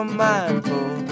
mindful